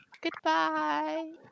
Goodbye